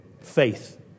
Faith